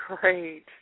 great